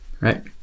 Right